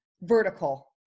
vertical